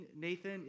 Nathan